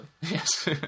yes